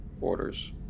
orders